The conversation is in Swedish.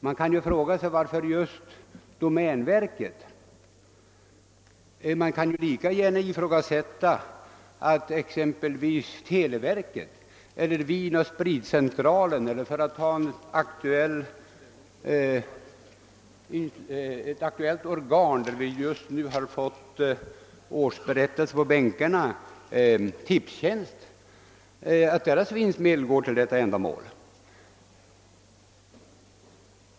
Man kan fråga sig varför just domänverkets vinstmedel skall tas i anspråk. Man kan ju lika väl begära att televerkets, Vinoch spritcentralens eller, för att ta ett aktuellt företag, vars årsberättelse just har delats på bänkarna, nämligen Tips tjänsts vinstmedel skall gå till detta ändamål.